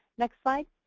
next slide.